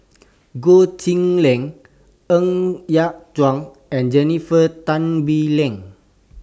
Goh Chiew Lye Ng Yat Chuan and Jennifer Tan Bee Leng